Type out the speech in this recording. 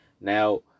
now